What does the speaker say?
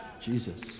Jesus